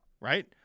right